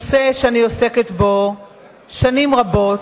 נושא שאני עוסקת בו שנים רבות,